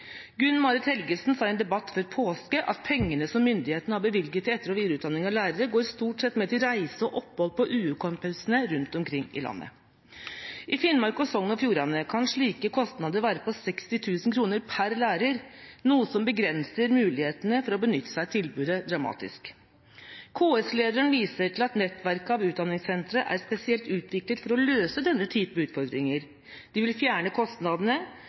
Gunn Marit Helgesen sa i en debatt før påske at pengene som myndighetene har bevilget til etter- og videreutdanning av lærere, går stort sett med til reise og opphold på UH-konferansene rundt omkring i landet. I Finnmark og Sogn og Fjordane kan slike kostnader være på 60 000 kr per lærer, noe som begrenser mulighetene for å benytte seg av tilbudet, dramatisk. KS-lederen viser til at nettverkene av utdanningssentre er spesielt utviklet for å løse denne type utfordringer. De vil fjerne kostnadene,